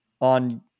on